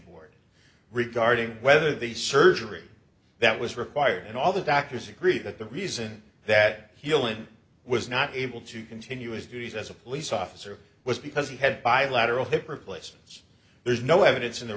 board regarding whether the surgery that was required and all the doctors agree that the reason that healing was not able to continue his duties as a police officer was because he had bilateral hip replacements there's no evidence in the